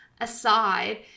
aside